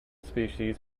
species